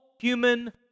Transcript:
human